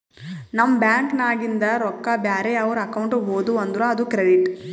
ನಮ್ ಬ್ಯಾಂಕ್ ನಾಗಿಂದ್ ರೊಕ್ಕಾ ಬ್ಯಾರೆ ಅವ್ರ ಅಕೌಂಟ್ಗ ಹೋದು ಅಂದುರ್ ಅದು ಕ್ರೆಡಿಟ್